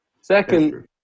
Second